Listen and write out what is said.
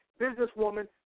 businesswoman